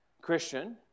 Christian